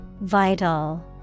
Vital